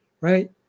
right